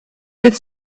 with